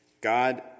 god